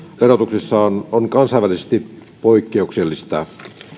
verotuksessa on on kansainvälisesti poikkeuksellista